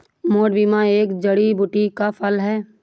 मोठ बीन एक जड़ी बूटी का फल है